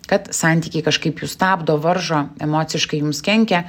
kad santykiai kažkaip jus stabdo varžo emociškai jums kenkia